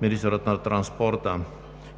министърът на транспорта,